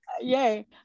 Yay